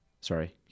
Sorry